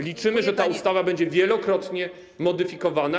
Liczymy, ze ta ustawa będzie wielokrotnie modyfikowana.